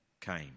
came